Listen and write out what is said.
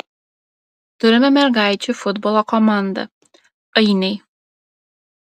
turime mergaičių futbolo komandą ainiai